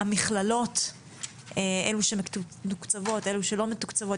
המכללות אלו שמתוקצבות ואלה שלא מתוקצבות.